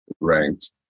ranked